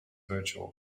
virtual